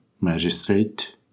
magistrate